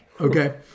Okay